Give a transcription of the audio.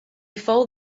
fold